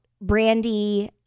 Brandy